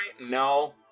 No